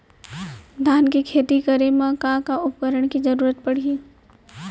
धान के खेती करे मा का का उपकरण के जरूरत पड़हि?